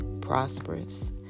prosperous